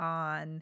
on